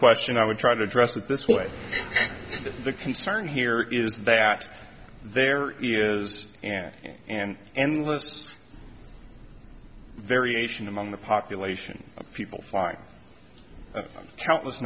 question i would try to address it this way the concern here is that there is an and endless variation among the population of people flying countless